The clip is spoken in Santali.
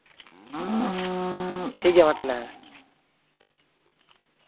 ᱴᱷᱤᱠ ᱜᱮᱭᱟ ᱢᱟ ᱛᱟᱦᱚᱞᱮ ᱦᱮᱸ